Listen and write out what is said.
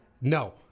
No